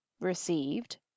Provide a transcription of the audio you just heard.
received